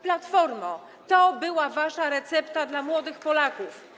Platformo, to była wasza recepta dla młodych Polaków.